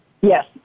Yes